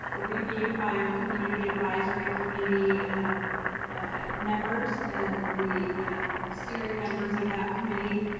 reviewed by our community advisory committee and ah members, and the steering members of that committee.